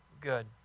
good